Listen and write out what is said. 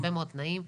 הרבה מאוד תנאים.